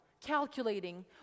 calculating